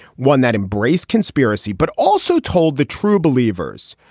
one that embraced conspiracy, but also told the true believers,